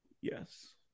Yes